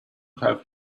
have